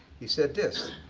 he said this.